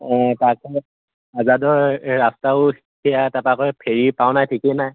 অঁ আজাদৰ ৰাস্তাও সেয়া তাৰপৰা আকৌ ফেৰি পাওঁ নাই ঠিকেই নাই